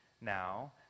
now